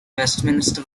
westminster